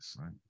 Right